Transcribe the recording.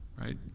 right